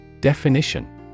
Definition